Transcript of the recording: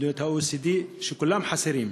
אחת ממדינות ה-OECD, כולן חסרות: